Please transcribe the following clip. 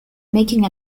making